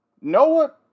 Noah